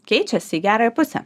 keičiasi į gerąją pusę